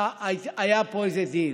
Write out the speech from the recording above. שהיה פה איזה דיל.